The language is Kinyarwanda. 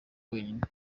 wenyine